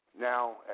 now